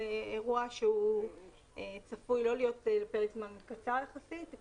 זה אירוע שהוא צפוי לא לפרק זמן קצר יחסית.